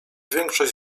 większość